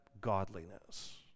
godliness